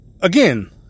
again